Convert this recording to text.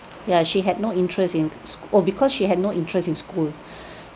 ya she had no interest in sch~ oh because she had no interest in school